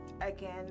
Again